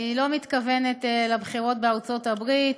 אני לא מתכוונת לבחירות בארצות-הברית,